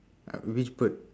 at which part